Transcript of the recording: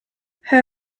her